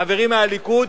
חברים מהליכוד,